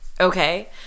okay